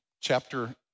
chapter